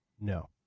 no